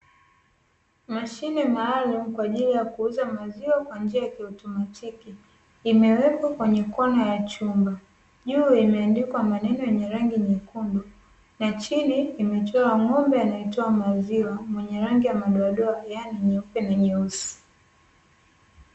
Mashine maalumu kwa ajili ya kuuza maziwa kwa njia ya kiautomatiki imewekwa kwenye kona ya chumba, juu imeandikwa maneno yenye rangi nyekundu na chini imechorwa ng'ombe anaetoa maziwa mwenye rangi ya madoadoa yani nyeupe na nyeusi.